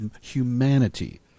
humanity